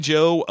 Joe